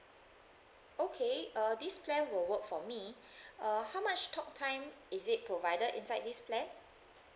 okay uh this plan will work for me uh how much talk time is it provided inside this plan